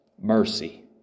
mercy